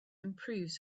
improves